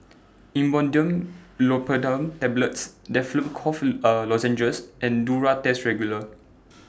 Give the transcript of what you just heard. Imodium Tablets Difflam Cough Lozenges and Duro Tuss Regular